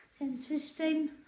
interesting